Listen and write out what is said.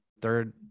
third